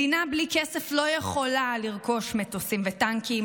מדינה בלי כסף לא יכולה לרכוש מטוסים וטנקים,